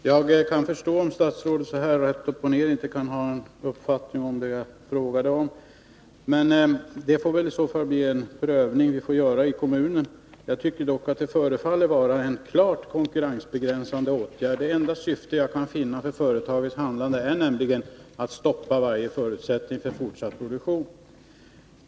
Herr talman! Jag kan förstå att statsrådet inte utan vidare kan ha någon uppfattning i den aktuella frågan. Vi får väl göra en prövning i kommunen. Det förefaller dock vara fråga om en klart konkurrensbegränsande åtgärd. Det enda syfte med företagets agerande som jag kan finna är nämligen att man vill förhindra varje förutsättning för fortsatt produktion.